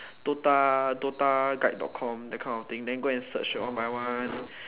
DOTA DOTA guide dot com that kind of thing then go and search one by one